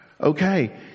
okay